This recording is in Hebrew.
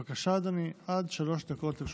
בבקשה, אדוני, עד שלוש דקות לרשותך.